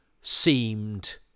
seemed